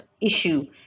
issue